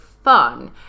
fun